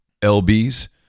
LB's